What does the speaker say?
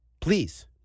please